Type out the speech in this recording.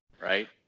right